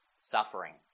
suffering